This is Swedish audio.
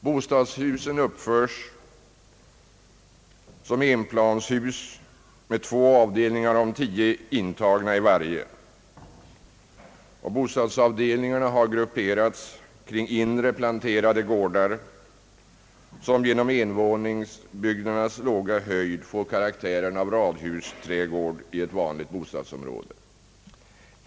Bostadshusen uppförs som enplanshus med två avdelningar om tio intagna i varje, och bostadsavdelningarna har grupperats kring inre, planterade gårdar som genom envåningsbyggnadernas låga höjd får karaktären av radhusträdgårdar i ett vanligt bostadsområde.